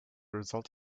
result